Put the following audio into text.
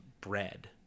bread